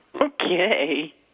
Okay